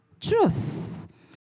truth